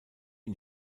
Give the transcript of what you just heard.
ihn